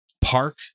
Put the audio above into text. park